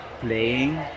playing